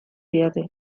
didate